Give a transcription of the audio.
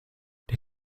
der